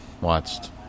watched